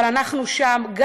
אבל אנחנו שם.